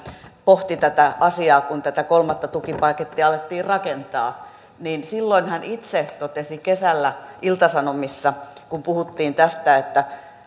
pohti tätä asiaa kun tätä kolmatta tukipakettia alettiin rakentaa silloin kesällä ministeri soini itse totesi ilta sanomissa kun puhuttiin tästä